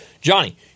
Johnny